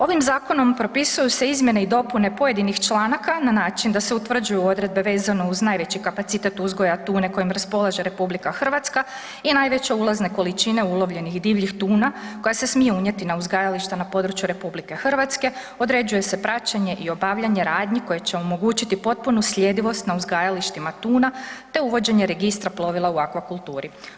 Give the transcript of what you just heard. Ovim zakonom propisuju se izmjene i dopune pojedinih članaka na način da se utvrđuju odredbe vezano uz najveći kapacitet uzgoja tune kojim raspolaže RH i najveće ulazne količine ulovljenih divljih tuna koja se smije unijeti na uzgajališta na području RH, određuje se praćenje i obavljanje radnji koje će omogućiti potpunu sljedivost na uzgajalištima tuna, te uvođenje registra plovila u akvakulturi.